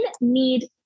need